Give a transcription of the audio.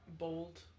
bold